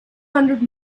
hundred